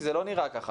כי זה לא נראה כך.